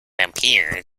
appear